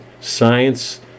science